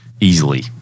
Easily